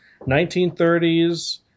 1930s